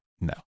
no